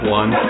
one